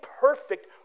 perfect